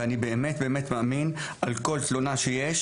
ואני באמת באמת מאמין על כל תלונה שיש,